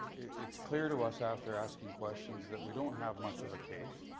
it's clear to us after asking questions that we don't have much of a case,